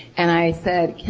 and i said,